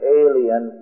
alien